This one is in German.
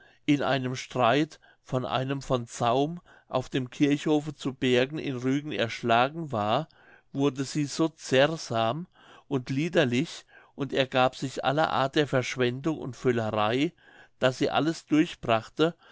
in einem streit von einem von zaum auf dem kirchhofe zu bergen in rügen erschlagen war wurde sie so zerrsam und liederlich und ergab sich aller art der verschwendung und völlerei daß sie alles